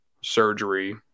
surgery